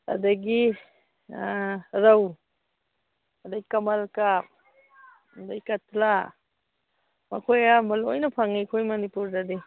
ꯑꯗꯒꯤ ꯔꯧ ꯑꯗꯒꯤ ꯀꯃꯜ ꯀ꯭ꯔꯥꯞ ꯑꯗꯒꯤ ꯀꯇꯂꯥ ꯃꯈꯣꯏ ꯑꯌꯥꯝꯕ ꯂꯣꯏꯅ ꯐꯪꯏ ꯑꯩꯈꯣꯏ ꯃꯅꯤꯄꯨꯔꯗꯗꯤ